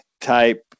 type